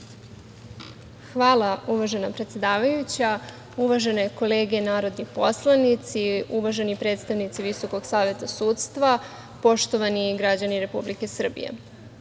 Hvala, uvažena predsedavajuća. Uvažene kolege narodni poslanici, uvaženi predstavnici Visokog saveta sudstva, poštovani građani Republike Srbije,